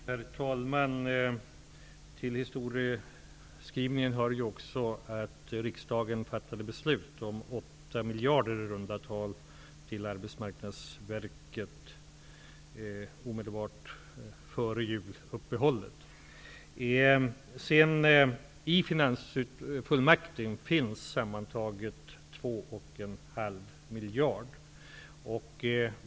Herr talman! Till historieskrivningen hör också att riksdagen fattade beslut om i runda tal 8 miljarder till Arbetsmarknadsverket omedelbart före juluppehållet. I finansfullmakten finns sammantaget 2,5 miljard.